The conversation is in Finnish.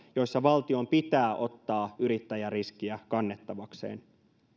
joissa valtion pitää ottaa yrittäjäriskiä kannettavakseen